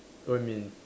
what you mean